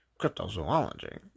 Cryptozoology